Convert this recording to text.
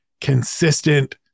consistent